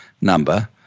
number